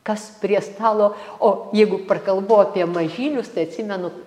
kas prie stalo o jeigu prakalbau apie mažylius tai atsimenu